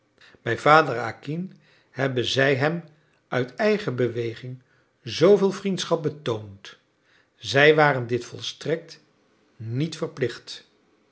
bij vader acquin hebben zij hem uit eigen beweging zooveel vriendschap betoond zij waren dit volstrekt niet verplicht